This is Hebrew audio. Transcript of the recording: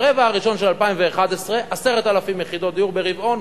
ברבע הראשון של 2011, 10,000 ברבעון.